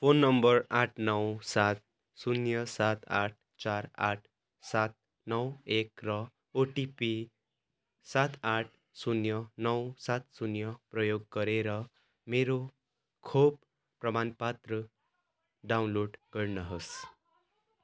phone number आठ नौ सात शून्य सात आठ चार आठ सात नौ एक र ओटिपी सात आठ शून्य नौ सात शून्य प्रयोग गरेर मेरो खोप प्रमाणपत्र डाउनलोड गर्नुहोस्